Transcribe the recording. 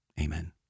Amen